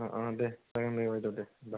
ओं ओं दे जागोन दे बायद' दे होमबा